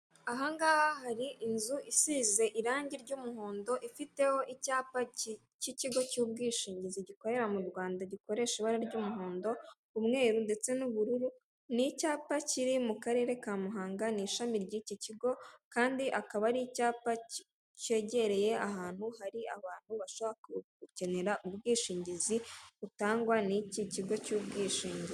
Ahangaha hari inzu isize irangi ry'umuhondo ifiteho icyapa cy'ikigo cy'ubwishingizi gikorera mu Rwanda gikoresha ibara ry'umuhondo umweru ndetse n'ubururu n'icyapa kiri mu karere ka Muhanga ni ishami ry'iki kigo kandi akaba ari icyapa cyegereye ahantu hari abantu bashaka gukenera ubwishingizi butangwa n'iki kigo cy'ubwishingizi.